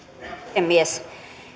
puhemies